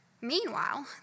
Meanwhile